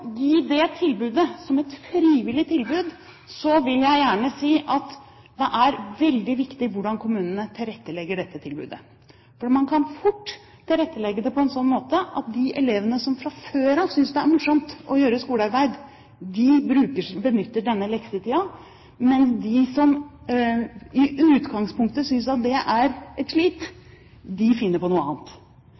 gi det tilbudet som et frivillig tilbud, vil jeg gjerne si at det er veldig viktig hvordan kommunene tilrettelegger dette tilbudet. Man kan fort tilrettelegge det på en slik måte at de elevene som fra før synes det er morsomt å gjøre skolearbeid, benytter denne leksetiden, mens de som i utgangspunktet synes at det er et slit, finner på noe annet.